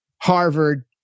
Harvard